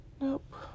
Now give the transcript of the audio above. Nope